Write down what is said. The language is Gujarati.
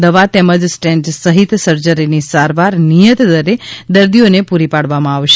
દવા તેમજ સ્ટેન્ટ સહીત સર્જરીની સારવાર નિયત દરે દર્દીઓને પુરી પાડવામાં આવશે